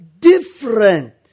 different